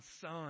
son